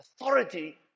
authority